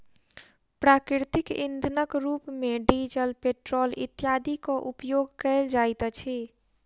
प्राकृतिक इंधनक रूप मे डीजल, पेट्रोल इत्यादिक उपयोग कयल जाइत अछि